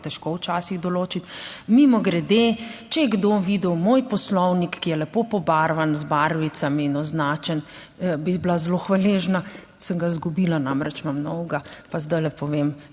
težko včasih določiti. Mimogrede, če je kdo videl moj Poslovnik, ki je lepo pobarvan z barvicami in označen, bi bila zelo hvaležna, sem ga izgubila, namreč imam novega, pa zdajle povem,